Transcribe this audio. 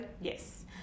Yes